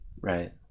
Right